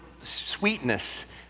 sweetness